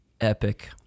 epic